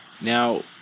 Now